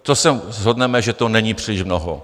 To se shodneme, že to není příliš mnoho.